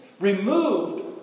removed